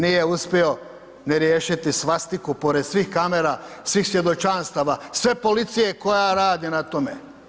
Nije uspio ne riješiti svastiku pored svih kamera, svih svjedočanstava, sve policije koja radi na tome.